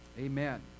Amen